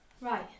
Right